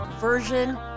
version